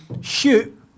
shoot